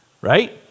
right